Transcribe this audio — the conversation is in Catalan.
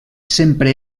sempre